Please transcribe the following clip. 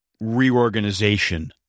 reorganization